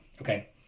Okay